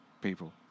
people